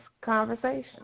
conversation